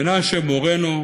מנשה מורנו,